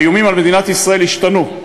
האיומים על מדינת ישראל השתנו,